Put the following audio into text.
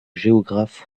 géographes